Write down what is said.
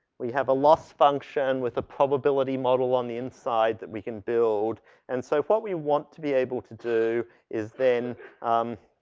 we have a loss function with a probability model on the inside that we can build and so what we want to be able to do is then um,